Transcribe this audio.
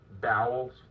bowels